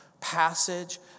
passage